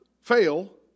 fail